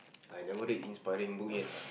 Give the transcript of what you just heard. I never read inspiring book yet ah